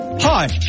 Hi